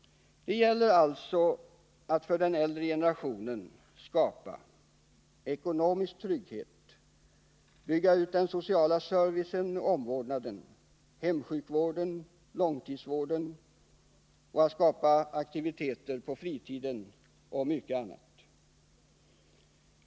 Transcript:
Det gäller alltså att för den äldre generationen skapa ekonomisk trygghet, att bygga ut den sociala servicen och omvårdnaden, att bygga ut hemsjukvården och långtidsvården, att skapa aktiviteter för fritiden samt mycket annat.